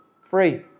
Free